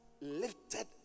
lifted